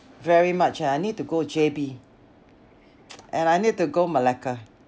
very much ah I need to go J_B and I need to go Malacca